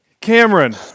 Cameron